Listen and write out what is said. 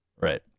right